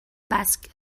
basket